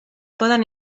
poden